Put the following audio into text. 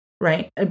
Right